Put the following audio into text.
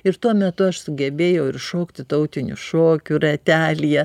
ir tuo metu aš sugebėjau ir šokti tautinių šokių ratelyje